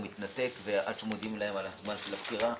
מתנתק עד שמודיעים להם על זמן הפטירה.